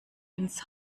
ins